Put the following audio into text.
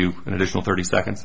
you an additional thirty second